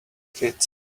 kids